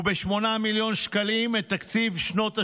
וב-8 מיליון שקלים את תקציב שנות השירות.